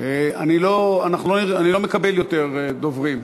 אני לא מקבל יותר דוברים.